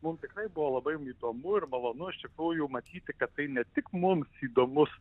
mums tikrai buvo labai įdomu ir malonus iš tikrųjų matyti kad tai ne tik mums įdomus